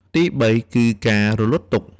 ទីបី គឺការរំលត់ទុក្ខ។